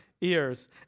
ears